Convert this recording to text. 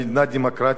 במדינה דמוקרטית,